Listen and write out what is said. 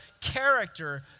character